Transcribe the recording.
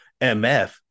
MF